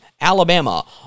Alabama